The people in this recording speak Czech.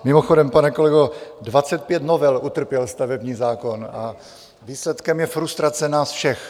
Mimochodem, pane kolego, 25 novel utrpěl stavební zákon a výsledkem je frustrace nás všech.